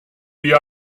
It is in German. wie